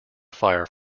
fire